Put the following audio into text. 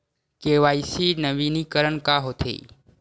KYC नवीनीकरण का होथे?